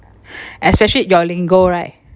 especially your lingo right